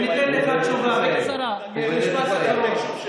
אני גר במעלה אדומים, ביישוב שלי.